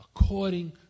according